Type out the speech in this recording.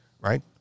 right